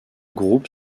groupe